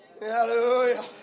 Hallelujah